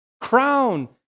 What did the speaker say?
crown